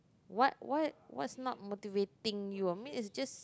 what what what's not motivating you ah I mean it's just